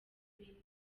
w’intebe